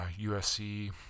USC